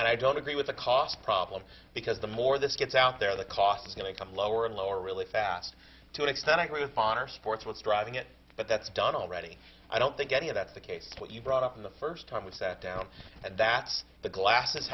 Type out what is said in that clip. and i don't agree with the cost problem because the more this gets out there the cost is going to come lower and lower really fast to an extent agree upon or sports what's driving it but that's done already i don't think any of that's the case what you brought up in the first time we sat down and that's the glasses